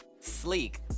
Sleek